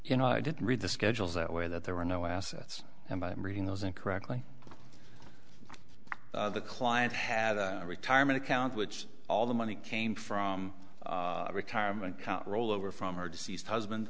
you know i didn't read the schedules that way that there were no assets and i'm reading those in correctly the client had a retirement account which all the money came from retirement account roll over from her deceased husband